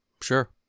Sure